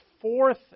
fourth